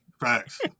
Facts